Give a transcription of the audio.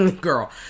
girl